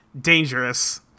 Dangerous